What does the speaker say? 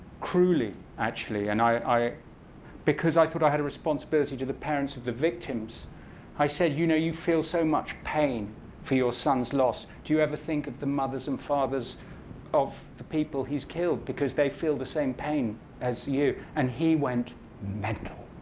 cruelly actually, and because i thought i had a responsibility to the parents of the victims i said, you know you feel so much pain for your son's loss. do you ever think of the mothers and fathers of the people he's killed because they feel the same pain as you? and he went mental.